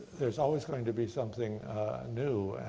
there's always going to be something new,